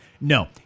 No